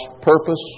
purpose